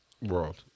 world